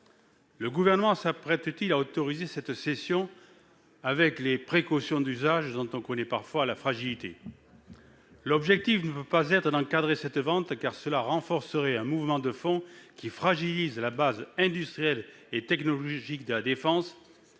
Le Gouvernement s'apprête-t-il à autoriser cette cession, avec les précautions d'usage, dont on connaît parfois la fragilité ? L'objectif ne peut pas être d'encadrer cette vente, car cela renforcerait un mouvement de fond qui fragilise la base industrielle et technologique de défense